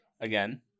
again